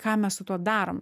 ką mes su tuo darom